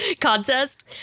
contest